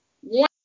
one